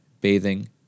bathing